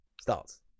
starts